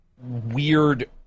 weird